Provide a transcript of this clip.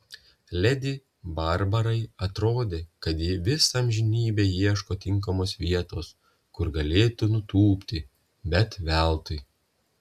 ledi barbarai atrodė kad ji visą amžinybę ieško tinkamos vietos kur galėtų nutūpti bet veltui